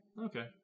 Okay